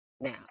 Now